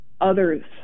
others